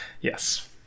Yes